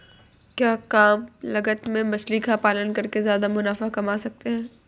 क्या कम लागत में मछली का पालन करके ज्यादा मुनाफा कमा सकते हैं?